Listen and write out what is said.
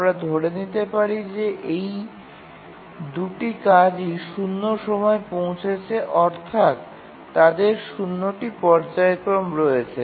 আমরা ধরে নিতে পারি যে এই দুটি কাজই ০ সময়ে পৌঁছেছে অর্থাৎ তাদের ০ টি পর্যায়ক্রমে রয়েছে